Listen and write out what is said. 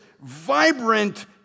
vibrant